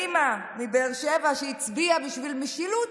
האימא מבאר שבע שהצביעה בשביל משילות,